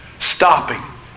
stopping